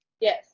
Yes